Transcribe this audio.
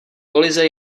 kolize